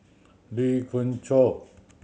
Lee Khoon Choy